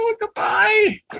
Goodbye